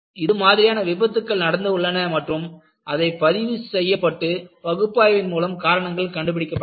இது மாதிரியான விபத்துக்கள் நடந்து உள்ளன மற்றும் அவை பதிவு செய்யப்பட்டு பகுப்பாய்வின் மூலம் காரணங்கள் கண்டுபிடிக்கப்பட்டன